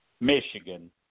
Michigan